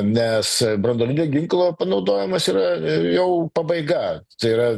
nes branduolinio ginklo panaudojimas yra jau pabaiga tai yra